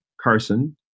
Carson